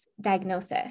diagnosis